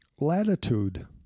latitude